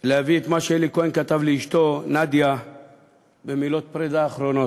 להביא את מה שאלי כהן כתב לאשתו נדיה במילות פרידה אחרונות.